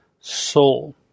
soul